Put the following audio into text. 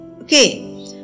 okay